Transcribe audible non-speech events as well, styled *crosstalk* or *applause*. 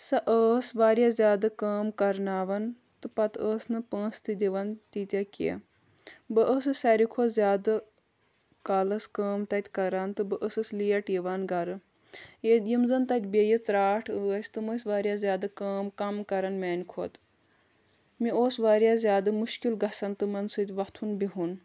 سۄ ٲس واریاہ زیادٕ کٲم کَرناوان تہٕ پَتہٕ ٲس نہٕ پونٛسہٕ تہِ دِوان تیٖتیٛاہ کیٚنٛہہ بہٕ ٲسٕس ساروی کھۄتہٕ زیادٕ کالَس کٲم تَتہِ کَران تہٕ بہٕ ٲسٕس لیٹ یِوان گَرٕ *unintelligible* یِم زَن تَتہِ بیٚیہِ ژرٛاٹھ ٲسۍ تِم ٲسۍ واریاہ زیادٕ کٲم کَم کَران میٛانہِ کھۄت مےٚ اوس واریاہ زیادٕ مُشکِل گژھان تِمَن سۭتۍ وۄتھُن بِہُن